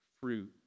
fruit